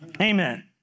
Amen